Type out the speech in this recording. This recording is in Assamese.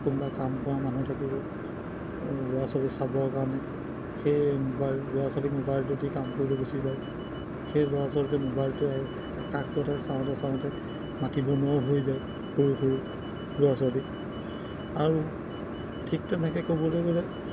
কোনোবা কামকৰা মানুহ থাকিব ল'ৰা ছোৱালী চাবৰ কাৰণে সেই মোবাইল ল'ৰা ছোৱালীক মোবাইলটো দি কাম কৰিব গুচি যায় সেই ল'ৰা ছোৱালিটোৱে মোবাইলটোৱে কাক ক'ত আছে চাওঁতে চাওঁতে মাতিব নোৱাৰাও হৈ যায় সৰু সৰু ল'ৰা ছোৱালী আৰু ঠিক তেনেকৈ ক'বলৈ গ'লে